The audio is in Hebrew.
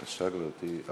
בבקשה, גברתי.